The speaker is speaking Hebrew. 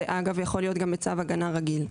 זה, אגב, יכול להיות גם בצו הגנה רגיל.